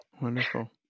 Wonderful